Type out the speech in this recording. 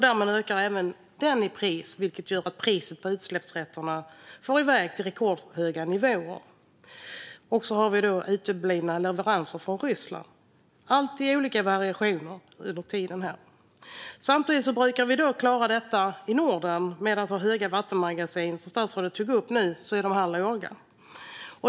Därmed ökar även den i pris, vilket gör att priset på utsläppsrätter far iväg till rekordhöga nivåer. Vi har också uteblivna leveranser från Ryssland - allt i olika varianter över tid. Vi brukar klara detta i Norden genom att ha höga nivåer i vattenmagasinen, men som statsrådet tog upp här är nivåerna nu låga.